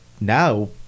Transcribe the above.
now